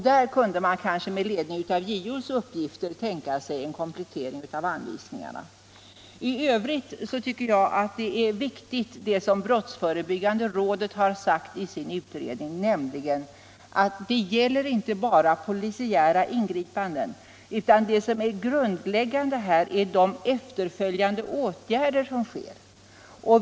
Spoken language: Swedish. Där kunde man kanske med Iledning av JO:s uppgifter tänka sig en komplettering av anvisningarna:; I övrigt tycker jag att det som brottsförebyggande rådet sagt i sin utredning är viktigt. nämligen att det inte bara gäller polisiära ingripanden, utan det som är grundläggande är de efterföljande åtgärderna.